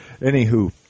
Anywho